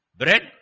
bread